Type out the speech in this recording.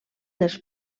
dels